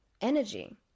energy